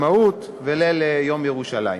ליל יום העצמאות וליל יום ירושלים.